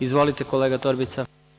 Izvolite kolega Torbica.